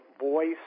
Voice